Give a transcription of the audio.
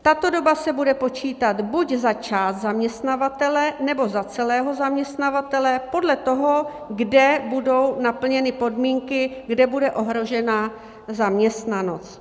Tato doba se bude počítat buď za část zaměstnavatele, nebo za celého zaměstnavatele podle toho, kde budou naplněny podmínky, kde bude ohrožena zaměstnanost.